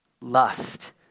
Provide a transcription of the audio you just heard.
lust